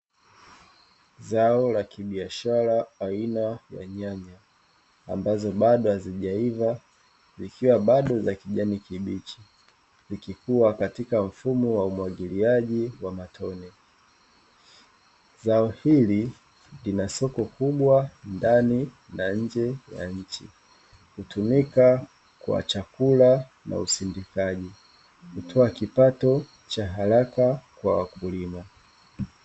Zao la kibiashara aina ya nyanya ambazo bado hazijaiva, ikiwa bado za kijamii kuchukua katika mfumo wa umwagiliaji wa matoni, zao hili lina soko kubwa ndani na nje kutumika kwa chakula na usindikaji kutoa kipato cha haraka kwa wakulima.